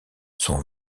son